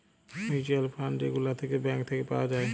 mutual fund যে গুলা থাক্যে ব্যাঙ্ক থাক্যে পাওয়া যায়